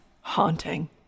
Haunting